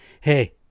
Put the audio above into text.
hey